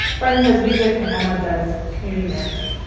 brendan does music and emma does community management.